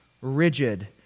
rigid